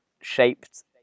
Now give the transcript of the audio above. shaped